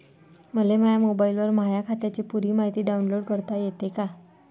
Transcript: मले माह्या मोबाईलवर माह्या खात्याची पुरी मायती डाऊनलोड करता येते का?